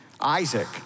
Isaac